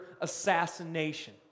assassination